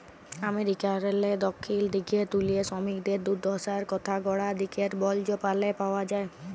আমেরিকারলে দখ্খিল দিগে তুলে সমিকদের দুদ্দশার কথা গড়া দিগের বল্জ গালে পাউয়া যায়